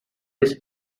his